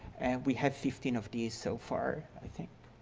we have fifteen of these so far i think.